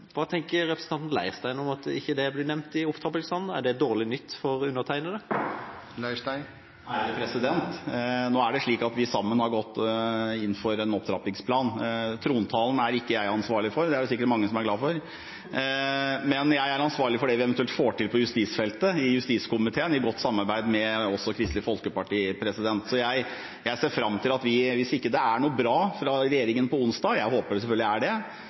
Hva tenker representanten Leirstein om at opptrappingsplanen ikke ble nevnt? Er det dårlig nytt for undertegnede? Nå er det slik at vi sammen har gått inn for en opptrappingsplan. Trontalen er ikke jeg ansvarlig for – det er det sikkert mange som er glad for – men jeg er ansvarlig for det vi eventuelt får til på justisfeltet i justiskomiteen, i godt samarbeid også med Kristelig Folkeparti. Hvis det ikke er noe bra fra regjeringen på onsdag – jeg håper selvfølgelig at det er det